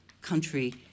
country